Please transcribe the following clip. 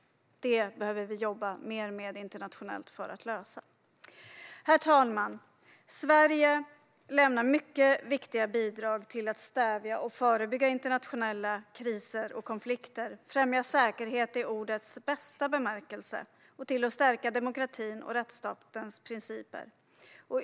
De frågorna behöver vi jobba mer med internationellt. Herr talman! Sverige lämnar mycket viktiga bidrag till att stävja och förebygga internationella kriser och konflikter, främja säkerhet i ordets bästa bemärkelse samt stärka demokratins och rättsstatens principer.